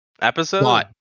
episode